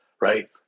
right